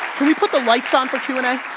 can we put the lights on for q and